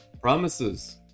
promises